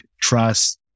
trust